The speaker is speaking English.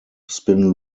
spin